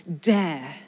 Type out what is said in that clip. dare